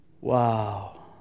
Wow